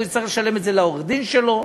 הוא יצטרך לשלם את זה לעורך-דין שלו.